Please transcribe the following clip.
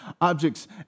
objects